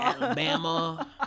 Alabama